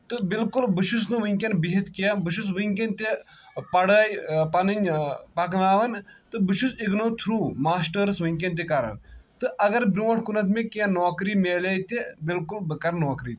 تہٕ بالکُل بہٕ چھُس نہٕ ؤنٛکیٚن بِہِتھ کینٛہہ بہٕ چھُس ؤنٛکیٚن تہِ پڑٲے پنٕںۍ پکناوان تہٕ بہٕ چھُس اِگنو تھروٗ مسٹٲرٕز ؤنٛکین تہِ کران تہٕ اگر برٛونٛٹھ کُنتھ مےٚ کینٛہہ نوکری میلے تہِ بالکُل بہٕ کَرٕ نوکری تہِ